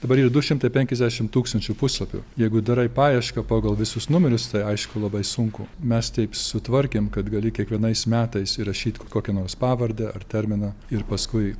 dabar yra du šimtai penkiasdešim tūkstančių puslapių jeigu darai paiešką pagal visus numerius tai aišku labai sunku mes taip sutvarkėm kad gali kiekvienais metais įrašyt kokią nors pavardę ar terminą ir paskui